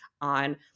on